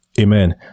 Amen